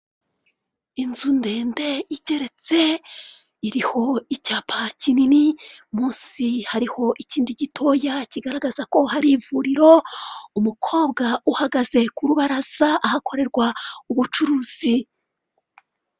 Inzu ndende igeretse iriho icyapa kinini munsi hariho ikindi gitoya kigaragaza ko hari ivuriro, umukobwa uhagaze kurubaraza ahakorerwa ubucuruzi.